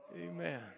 Amen